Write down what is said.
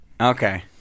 Okay